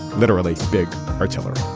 literally big artillery.